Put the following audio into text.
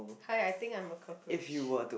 hi I think I'm a cockroach